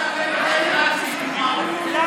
תקציב כמו שאתם הבאתם, לא,